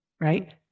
right